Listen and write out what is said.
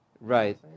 Right